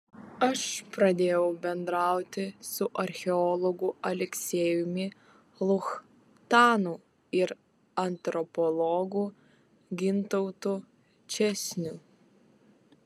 aš pradėjau bendrauti su archeologu aleksejumi luchtanu ir antropologu gintautu česniu